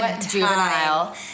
juvenile